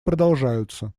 продолжаются